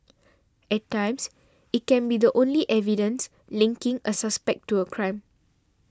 at times it can be the only evidence linking a suspect to a crime